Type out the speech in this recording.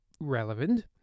relevant